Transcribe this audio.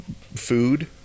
food